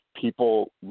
people